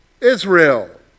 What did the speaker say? Israel